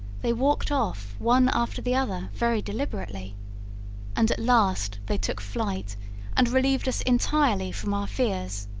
they walked off one after the other very deliberately and at last they took flight and relieved us entirely from our fears.